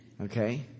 Okay